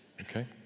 Okay